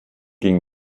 ging